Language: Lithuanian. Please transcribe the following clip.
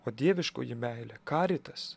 o dieviškoji meilė karitas